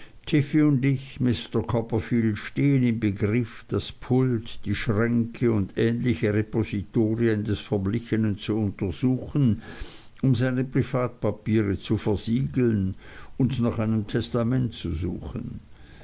copperfield stehen im begriff das pult die schränke und ähnliche repositorien des verblichenen zu untersuchen um seine privatpapiere zu versiegeln und nach einem testament zu suchen